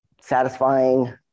satisfying